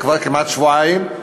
זה כבר כמעט שבועיים,